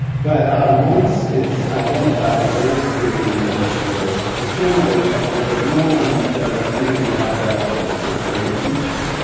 but um once it's identified that there is fluid in the middle ear, it's generally accepted that no one does anything about that for six or eight weeks.